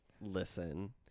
listen